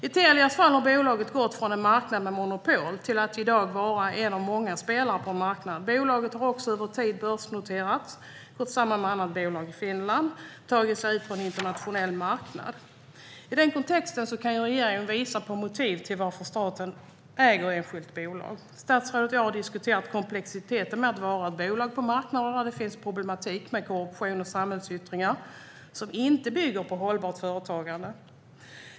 I Telias fall har bolaget gått från att ha monopol till att i dag vara en av många spelare på marknaden. Bolaget har också över tid börsnoterats, gått samman med annat bolag i Finland och tagit sig ut på en internationell marknad. I den kontexten ska regeringen visa på motiv till varför staten äger enskilda bolag. Statsrådet och jag har diskuterat komplexiteten för statligt ägda bolag på marknader där det finns problematik med korruption och samhällsyttringar som inte bygger på hållbart företagande.